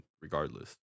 regardless